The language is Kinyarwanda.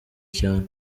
cyane